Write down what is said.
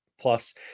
Plus